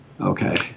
Okay